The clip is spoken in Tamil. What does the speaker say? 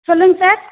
சொல்லுங்கள் சார்